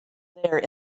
there